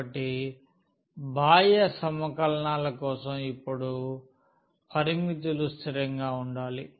కాబట్టి బాహ్య సమకలనాల కోసం ఇప్పుడు పరిమితులు స్థిరంగా ఉండాలి